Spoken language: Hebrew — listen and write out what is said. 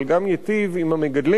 אבל גם ייטיב עם המגדלים,